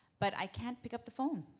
but i can't pick up the phone.